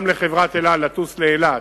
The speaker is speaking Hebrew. גם לחברת "אל על" לטוס לאילת,